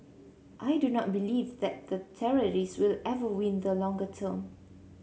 I do not believe that the terrorist will ever win the longer term